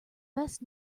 best